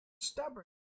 stubborn